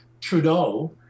Trudeau